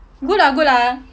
good lah good lah